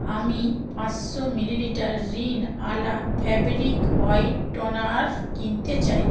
আমি পাঁচশো millilitre Rin Ala fabric whitener কিনতে চাই